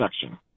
section